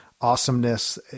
awesomeness